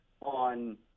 on